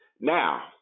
Now